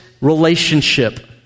relationship